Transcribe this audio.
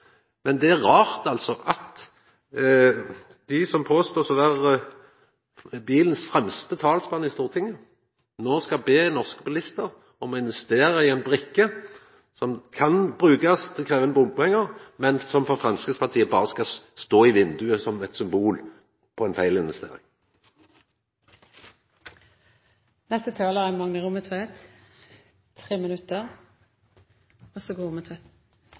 Men det er rart at dei som blir påståtte å vera bilens fremste talsmenn i Stortinget, no skal be norske bilistar om å investera i ei brikke som kan brukast til å krevja inn bompengar, men som for Framstegspartiet berre skal stå i vindauget som eit symbol på